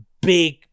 big